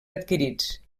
adquirits